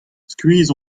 skuizh